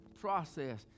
process